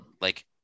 Like-